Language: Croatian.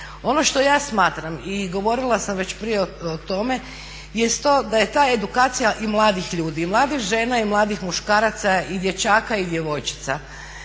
Ono što ja smatram i govorila sam već prije o tome, jest to da je ta edukacija i mladih ljudi i mladih žena i mladih muškaraca i dječaka i djevojčica